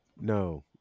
No